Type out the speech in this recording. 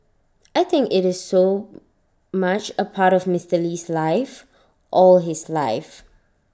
I think IT is so much A part of Mister Lee's life all his life